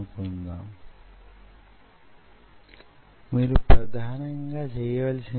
ఈ కోణం అంటే తీటా ను మళ్ళీ మళ్ళీ కొలిస్తే అందులో పెద్దగా మార్పు కనబడకపోవచ్చును